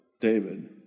David